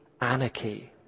anarchy